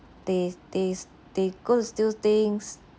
they they s~ they goes steal things